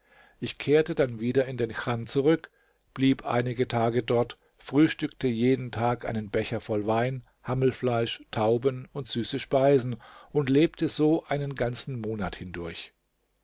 ich kehrte dann wieder in den chan zurück blieb einige tage dort frühstückte jeden tag einen becher voll wein hammelfleisch tauben und süße speisen und lebte so einen ganzen monat hindurch